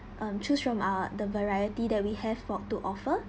um choose from our the variety that we have for to offer